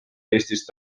eestist